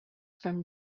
from